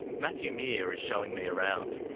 matthew meere is showing me around.